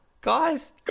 guys